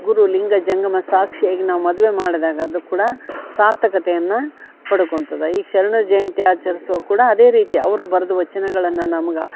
ಗುರು ಲಿಂಗ ಜಂಗಮ ಸಾಕ್ಷಿಯಾಗಿ ನಾವು ಮದುವೆ ಮಾಡ್ದಾಗ ಅದು ಕೂಡ ಸಾರ್ಥಕತೆಯನ್ನು ಪಡ್ಕೊಂತದ ಈ ಶರಣ ಜಯಂತಿ ಆಚರ್ಸುವಾಗ ಕೂಡ ಅದೇ ರೀತಿ ಅವರು ಬರ್ದ ವಚನಗಳನ್ನ ನಮ್ಗೆ